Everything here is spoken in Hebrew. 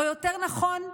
או יותר נכון,